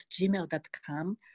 gmail.com